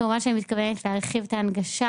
כמובן שאני מתכוונת להרחיב את ההנגשה